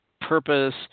purpose